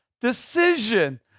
decision